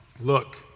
look